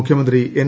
മുഖ്യമന്ത്രി എൻ